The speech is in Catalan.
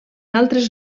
altres